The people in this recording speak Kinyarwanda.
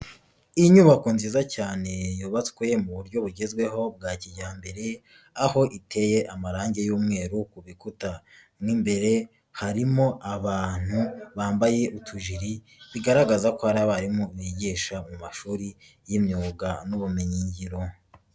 Inyubako nziza cyane yubatswe mu buryo bugezweho bwa kijyambere, aho iteye amarangi y'umweru ku gikuta, mo imbere harimo abantu bambaye utujiri bigaragaza ko hari abarimu bigisha mu mashuri y'imyuga n'ubumenyingiro.